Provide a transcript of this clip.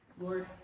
Lord